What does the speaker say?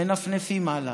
מנפנפים הלאה.